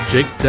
Jake